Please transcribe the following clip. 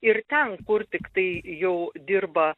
ir ten kur tiktai jau dirba